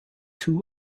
two